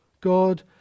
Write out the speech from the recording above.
God